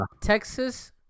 texas